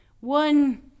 One